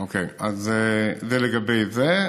אוקיי, אז זה לגבי זה.